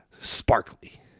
sparkly